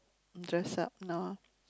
dress up no